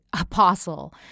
apostle